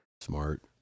Smart